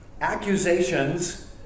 accusations